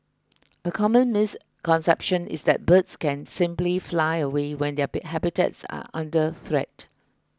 a common misconception is that birds can simply fly away when their habitats are under threat